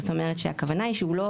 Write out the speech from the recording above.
זאת אומרת שהכוונה היא שהגורם שמבצע הוא